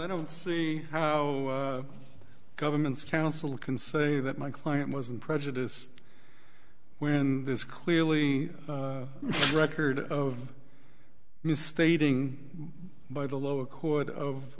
i don't see how governments counsel can say that my client wasn't prejudiced when this clearly record of misstating by the lower court of